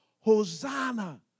Hosanna